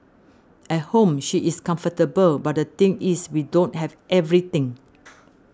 at home she is comfortable but the thing is we don't have everything